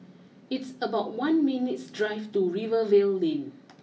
it's about one minutes stright to Rivervale Lane